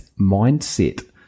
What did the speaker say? mindset